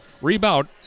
Rebound